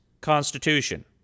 Constitution